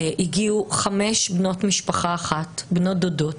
הגיעו חמש בנות משפחה אחת,